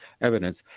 evidence